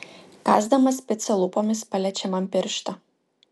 kąsdamas picą lūpomis paliečia man pirštą